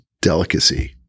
delicacy